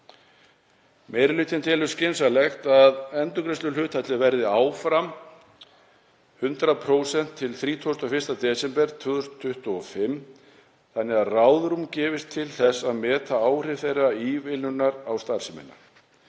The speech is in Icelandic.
Meiri hlutinn telur skynsamlegt að endurgreiðsluhlutfallið verði áfram 100% til 31. desember 2025 þannig að ráðrúm gefist til þess að meta áhrif þeirrar ívilnunar á starfsemina.